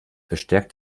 bestärkt